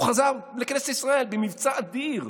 הוא חזר לכנסת ישראל במבצע אדיר.